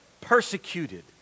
persecuted